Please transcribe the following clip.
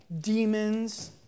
demons